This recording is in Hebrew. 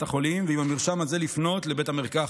החולים ועם המרשם הזה לפנות לבית המרקחת.